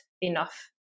enough